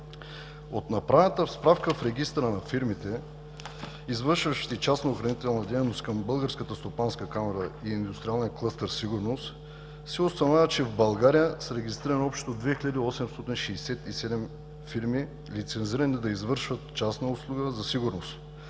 От направената справка в регистъра на фирмите, извършващи частна охранителна дейност към Българската стопанска камара и Индустриалния клъстер „Сигурност“, се установява, че в България са регистрирани общо 2867 фирми, лицензирани да извършват частна услуга за сигурност.